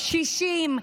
קשישים,